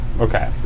okay